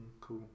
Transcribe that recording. Cool